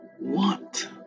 want